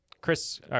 Chris